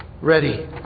ready